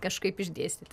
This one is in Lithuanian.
kažkaip išdėstyt